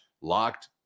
locked